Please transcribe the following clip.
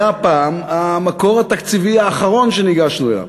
היה הפעם המקור התקציבי האחרון שניגשנו אליו.